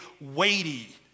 weighty